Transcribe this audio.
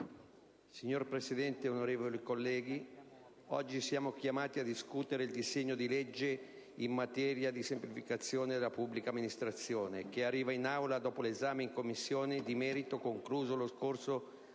Signor Presidente, onorevoli colleghi, oggi siamo chiamati a discutere il disegno di legge n. 2243 in materia di semplificazione della pubblica amministrazione, che arriva in Aula dopo l'esame in Commissione di merito, concluso lo scorso